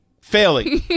failing